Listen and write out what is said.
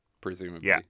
presumably